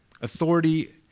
Authority